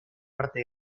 parte